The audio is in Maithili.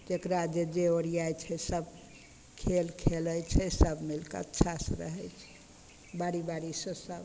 जेकरा जे जे ओरियाइ छै सब खेल खेलय छै सब मिलकऽ अच्छासँ रहय छै बारी बारीसँ सब